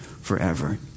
forever